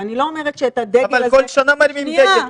ואני לא אומרת שאת הדגל הזה -- אבל כל שנה מרימים דגל.